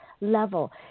level